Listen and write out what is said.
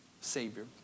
Savior